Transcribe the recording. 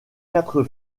quatre